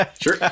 Sure